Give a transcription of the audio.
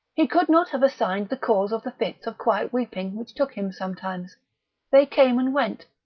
he could not have assigned the cause of the fits of quiet weeping which took him sometimes they came and went,